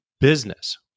business